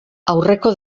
aurreko